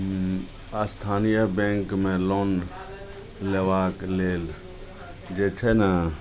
उँ स्थानीय बैँकमे लोन लेबाक लेल जे छै ने